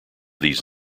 these